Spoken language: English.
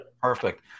Perfect